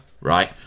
right